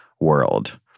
world